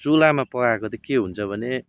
चुल्हामा पकाएको चाहिँ के हुन्छ भने